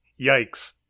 Yikes